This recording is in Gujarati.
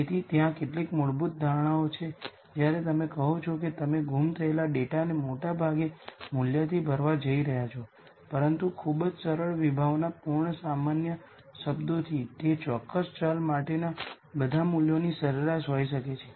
તેથી ત્યાં કેટલીક મૂળભૂત ધારણાઓ છે જ્યારે તમે કહો છો કે તમે ગુમ થયેલ ડેટાને મોટા ભાગે મૂલ્યથી ભરવા જઇ રહ્યા છો પરંતુ ખૂબ જ સરળ વિભાવનાપૂર્ણ સામાન્ય શબ્દોથી તે ચોક્કસ વેરીએબલ માટેના બધા મૂલ્યોની સરેરાશ હોઈ શકે છે